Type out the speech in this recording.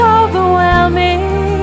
overwhelming